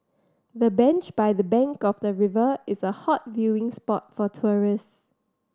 the bench by the bank of the river is a hot viewing spot for tourists